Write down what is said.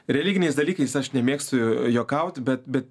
religiniais dalykais aš nemėgstu juokaut bet